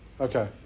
Okay